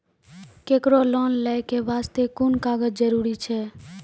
केकरो लोन लै के बास्ते कुन कागज जरूरी छै?